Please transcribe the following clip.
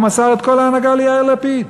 הוא מסר את כל ההנהגה ליאיר לפיד.